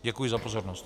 Děkuji za pozornost.